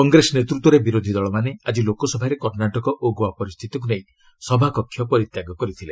କଂଗ୍ରେସ ନେତୃତ୍ୱରେ ବିରୋଧୀ ଦଳମାନେ ଆଜି ଲୋକସଭାରେ କର୍ଷାଟକ ଓ ଗୋଆ ପରିସ୍ଥିତିକୁ ନେଇ ସଭାକକ୍ଷ ପରିତ୍ୟାଗ କରିଥିଲେ